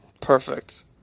Perfect